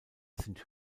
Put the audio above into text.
sind